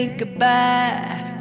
goodbye